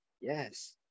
yes